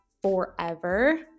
forever